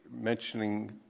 mentioning